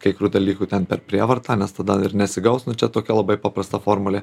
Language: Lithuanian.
kai kurių dalykų ten per prievartą nes tada ir nesigaus nu čia tokia labai paprasta formulė